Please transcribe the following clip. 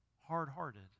hard-hearted